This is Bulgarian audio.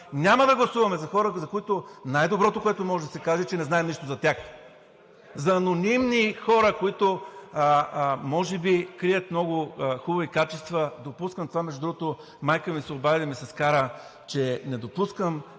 няма да гласуваме за хора, за които най-доброто, което може да се каже, че не знаем нищо за тях. За анонимни хора, които може би крият много хубави качества, допускам това… Между другото майка ми се обади да ми се скара, че не допускам,